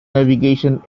navigation